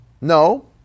No